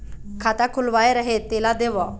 खाता खुलवाय रहे तेला देव?